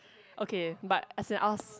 okay but as in us